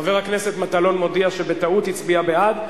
חבר הכנסת מטלון מודיע שבטעות הצביע בעד.